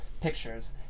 pictures